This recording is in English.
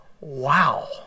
wow